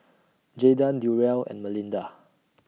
Jaydan Durrell and Melinda